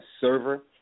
server